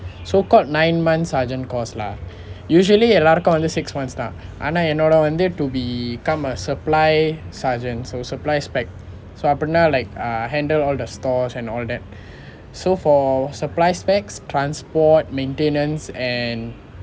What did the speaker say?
so called nine months sergeant course lah usually எல்லாருக்கும் வந்து:ellaarukkum vanthu six months தான் ஆனா என்னோட வந்து:thaan aanaa ennoda vanthu become a supply sergeant so supply specifications so அப்படினா:appadinaa like err handle all the stores and all that so for supply specifications transport maintenance and